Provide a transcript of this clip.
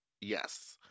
yes